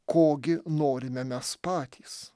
ko gi norime mes patys